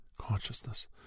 consciousness